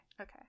Okay